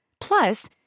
Plus